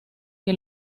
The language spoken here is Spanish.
que